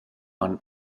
han